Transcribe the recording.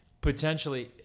potentially